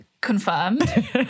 Confirmed